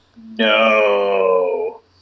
No